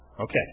Okay